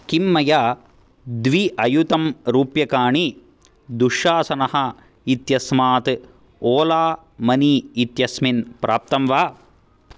किं मया द्वी अयुतं रूप्यकाणि दुःशासनः इत्यस्मात् ओला मनी इत्यस्मिन् प्राप्तं वा